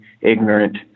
ignorant